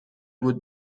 بود